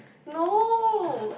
no